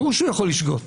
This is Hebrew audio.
ברור שהוא יכול לשגות,